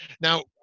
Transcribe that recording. Now